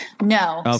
No